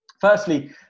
Firstly